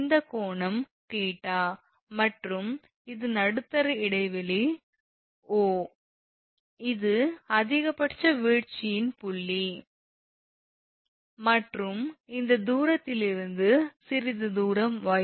இந்த கோணம் 𝜃 மற்றும் இது நடுத்தர இடைவெளி 𝑂 இது அதிகபட்ச வீழ்ச்சியின் புள்ளி மற்றும் இந்த தூரத்திலிருந்து சிறிது தூரம் 𝑦